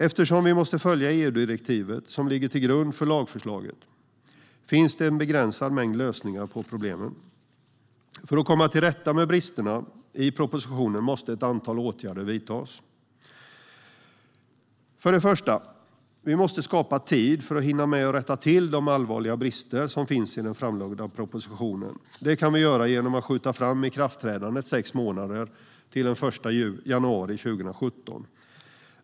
Eftersom vi måste följa EU-direktivet, som ligger till grund för lagförslaget, finns det en begränsad mängd lösningar på problemen. För att komma till rätta med bristerna i propositionen måste ett antal åtgärder vidtas. För det första måste vi skapa tid för att hinna rätta till de allvarliga bristerna i den framlagda propositionen. Det kan vi göra genom att skjuta fram ikraftträdandet sex månader, till den 1 januari 2017.